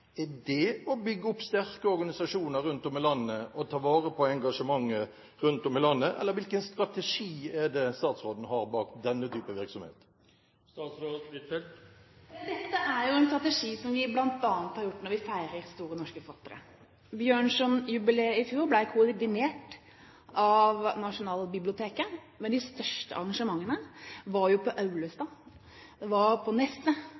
Er dét å bygge opp sterke organisasjoner rundt om i landet og å ta vare på engasjementet rundt om i landet? Hvilken strategi har statsråden bak denne typen virksomhet? Dette er jo en strategi som vi bl.a. har hatt når vi har feiret store norske forfattere. Bjørnson-jubileet i fjor ble koordinert av Nasjonalbiblioteket, men de største arrangementene var jo på Aulestad og på